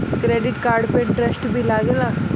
Credit card पे interest भी लागेला?